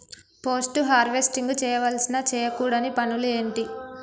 Post harvesting చేయవలసిన చేయకూడని పనులు ఏంటి?